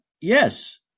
yes